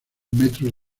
metros